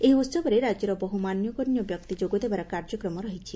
ଏହି ଉହବରେ ରାଜ୍ୟର ବହୁ ମାନ୍ୟଗଣ୍ୟ ବ୍ୟକ୍ତି ଯୋଗ ଦେବାର କାର୍ଯ୍ୟକ୍ରମ ରହିଛି